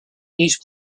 each